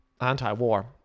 anti-war